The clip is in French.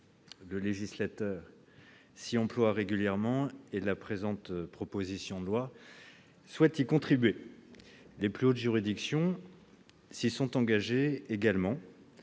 Le législateur s'y attache régulièrement et la présente proposition de loi s'inscrit dans cette démarche. Les plus hautes juridictions s'y sont engagées également.